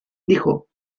dijo